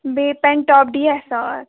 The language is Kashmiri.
بیٚیہِ پٮ۪نٹاپ ڈی ایس آر